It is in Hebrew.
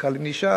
בכלל אם נשאר,